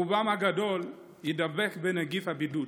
רובם הגדול יידבק בנגיף הבידוד.